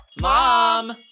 Mom